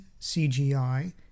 CGI